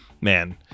Man